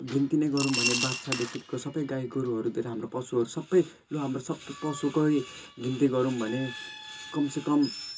गिन्ती नै गरौँ भने बाच्छादेखिको सब गाई गोरुहरू दिएर हाम्रो पशुहरू सबै ल हाम्रो सबै पशुकै गिन्ती गरौँ भने कमसेकम